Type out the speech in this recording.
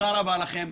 תודה רבה לכם.